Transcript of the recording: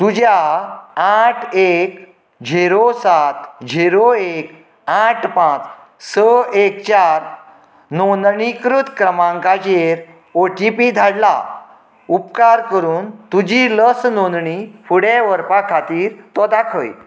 तुज्या आठ एक झिरो सात झिरो एक आठ पांच स एक चार नोंदणीकृत क्रमांकाचेर ओ टी पी धाडला उपकार करून तुजी लस नोंदणी फुडें व्हरपा खातीर तो दाखय